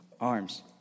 arms